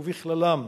ובכללם: